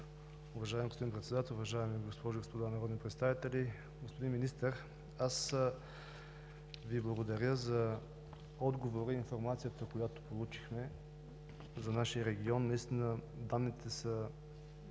уважаеми госпожи и господа народни представители! Господин Министър, аз Ви благодаря за отговора и информацията, която получихме за нашия регион. За мен данните са